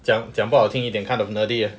讲讲不好听一点 kind of nerdy ah